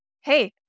Hey